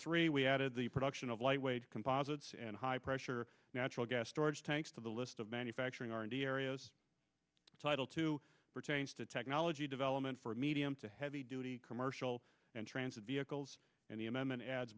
three we added the production of lightweight composites and high pressure natural gas storage tanks to the list of manufacturing r and d areas title two pertains to technology development for medium to heavy duty commercial and transit vehicles and the